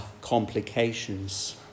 complications